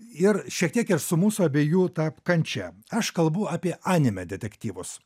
ir šiek tiek ir su mūsų abiejų ta kančia aš kalbu apie anime detektyvus